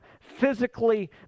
physically